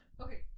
Okay